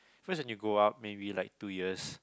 cause when you grow up maybe like two years